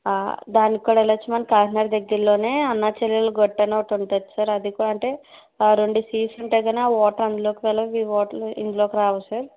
దానికి కూడా వెళ్లచ్చు మన కాకినాడ దగ్గర్లోనే అన్న చెల్లెళ్ళ గట్టు అని ఒకటి ఉంటది సార్ అది ఏంటంటే ఆ రెండు సీస్ ఉంటాయి ఆ వాటర్ అందులోకి వెల్లవు ఈ వాటర్ ఇందులోకి రావు సార్